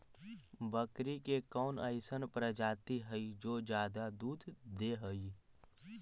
बकरी के कौन अइसन प्रजाति हई जो ज्यादा दूध दे हई?